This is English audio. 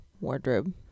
wardrobe